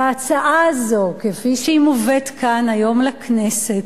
וההצעה הזאת, כפי שהיא מובאת כאן היום לכנסת,